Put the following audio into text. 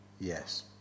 yes